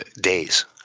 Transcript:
days